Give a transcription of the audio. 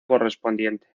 correspondiente